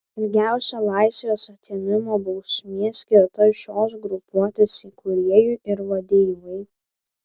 ilgiausia laisvės atėmimo bausmė skirta šios grupuotės įkūrėjui ir vadeivai